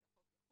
השינוי השני הוא